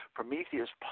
Prometheus